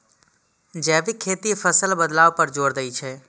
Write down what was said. जैविक खेती फसल बदलाव पर जोर दै छै